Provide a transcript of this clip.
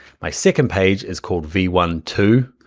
my second page is called v one two,